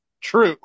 true